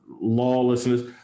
lawlessness